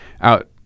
out